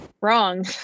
wrong